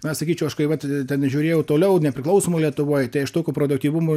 na sakyčiau aš kai vat ten žiūrėjau toliau nepriklausomoj lietuvoj tai aš tokio produktyvumo